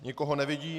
Nikoho nevidím.